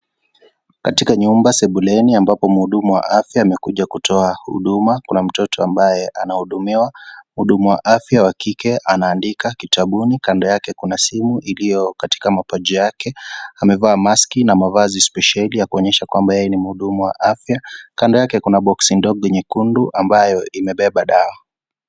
Katika nyumba sebuleni ambapo mhudumu wa afya amekuja kutoa huduma kuna mtoto ambaye anahudumiwa, mhudumu wa afya wa kike anaandika kitabuni kando yake kuna timu iliyo katika mapaja yake amevaa maski na mavazi spesheli ya kuonyesha kwamba yeye ni mhudumu wa afya kando yake kuna boxi ndogo nyekundu ambayo imebeba dawa.